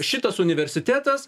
šitas universitetas